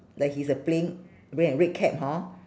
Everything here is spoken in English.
that he's uh playing red and red cap hor